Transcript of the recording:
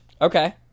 Okay